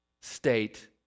state